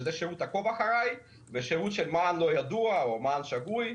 שזה שירות עקוב אחרי ושירות של מען לא ידוע או מען שגוי.